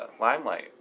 limelight